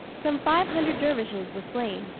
some five hundred dervishes were slain,